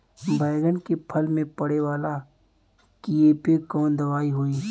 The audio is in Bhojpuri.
बैगन के फल में पड़े वाला कियेपे कवन दवाई होई?